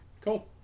Cool